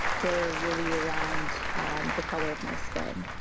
were really around the color of my skin,